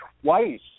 twice